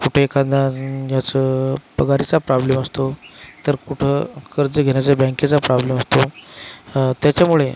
कुठे एखादा याचं पगारीचा प्रॉब्लेम असतो तर कुठं कर्ज घेण्याचं बँकेचा प्रॉब्लेम असतो त्याच्यामुळे